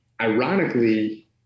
ironically